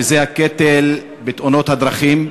שזה הקטל בדרכים.